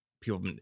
people